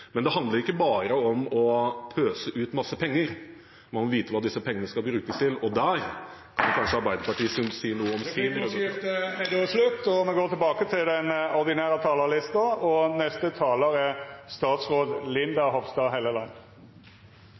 Men det handler ikke bare om å pøse ut masse penger, man må vite hva disse pengene skal brukes til, og der kan kanskje Arbeiderpartiet si noe om ... Replikkordskiftet er omme. I Norge er vi privilegerte. Vi er privilegerte som i dag har muligheten til